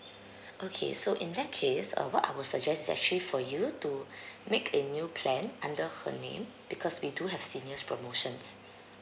okay so in that case uh what I will suggest is actually for you to make a new plan under her name because we do have seniors promotions